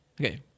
Okay